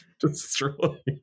destroyed